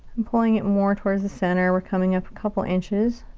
i'm pulling it more towards the center. we're coming up a couple inches.